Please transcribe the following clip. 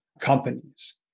companies